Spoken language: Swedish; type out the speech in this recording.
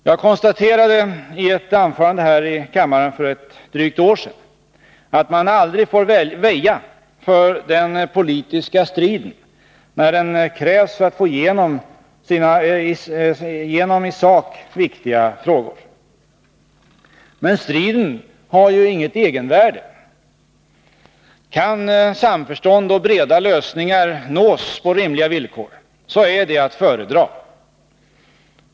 Jag konstaterade i ett anförande här i kammaren för drygt ett år sedan att man aldrig får väja för den politiska striden, när den krävs för att få igenom i sak viktiga frågor. Men striden har inget egenvärde. Kan samförstånd och breda lösningar nås på rimliga villkor, är det att föredra.